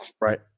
Right